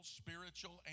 spiritual